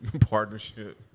partnership